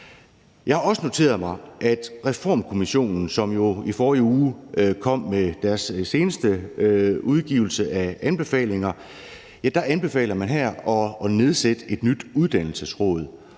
Jeg har også noteret mig, at Reformkommissionen, som jo i forrige uge kom med sin seneste udgivelse af anbefalinger, anbefaler at nedsætte et nyt uddannelsesråd.